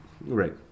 Right